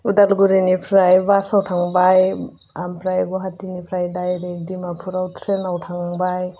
उदालगुरिनिफ्राय बासआव थांबाय ओमफ्राय गुवाहाटिनिफ्राय डाइरेक्ट डिमापुराव ट्रेनाव थांबाय